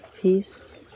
peace